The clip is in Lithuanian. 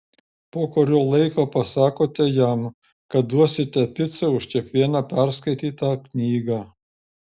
po kurio laiko pasakote jam kad duosite picą už kiekvieną perskaitytą knygą